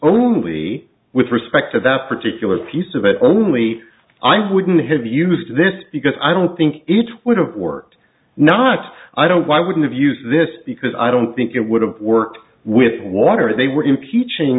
only with respect to that particular piece of it only i wouldn't have used this because i don't think it would have worked not i don't why wouldn't of use this because i don't think it would have worked with water they were impeaching